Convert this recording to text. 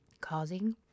Causing